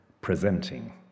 presenting